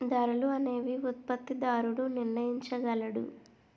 ధరలు అనేవి ఉత్పత్తిదారుడు నిర్ణయించగలడు